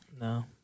No